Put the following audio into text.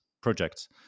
projects